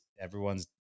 everyone's